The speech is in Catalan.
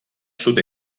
sud